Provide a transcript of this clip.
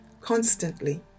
constantly